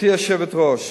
גברתי היושבת-ראש,